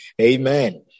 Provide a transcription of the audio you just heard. Amen